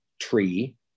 tree